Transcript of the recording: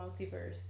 multiverse